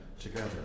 together